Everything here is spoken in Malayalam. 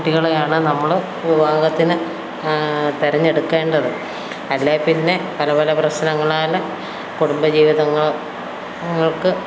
കുട്ടികളെയാണ് നമ്മള് വിവാഹത്തിന് തെരഞ്ഞെടുക്കേണ്ടത് അല്ലേൽ പിന്നെ പലപല പ്രശ്നങ്ങളാല് കുടുംബജീവിതങ്ങൾക്ക്